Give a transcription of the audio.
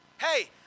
Hey